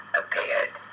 appeared